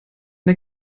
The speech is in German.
der